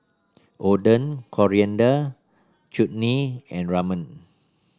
Oden Coriander Chutney and Ramen